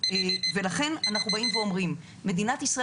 ולכן אנחנו באים ואומרים שמדינת ישראל